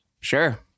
Sure